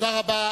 תודה רבה.